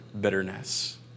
bitterness